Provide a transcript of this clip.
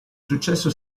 successo